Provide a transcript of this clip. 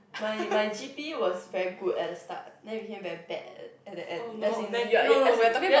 my my G_P was very good at the start then it became very bad at the end as in you're you're as in you're